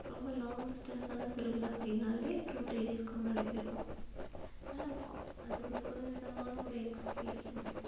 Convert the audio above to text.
ரொம்ப லாங் டிஸ்டன்ஸ்ஸான திருவிழா அப்படின்னாலே டூ த்ரீ டேஸ்க்கு முன்னாடி போயிடுவோம் நல்லாயிருக்கும் அது ஒரு புது விதமான ஒரு எக்ஸ்பீரியன்ஸ்